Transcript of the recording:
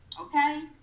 Okay